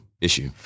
issue